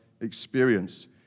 experience